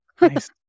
Nice